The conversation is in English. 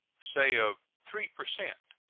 say of three per cent,